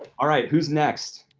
all right, who's next?